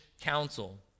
council